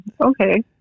okay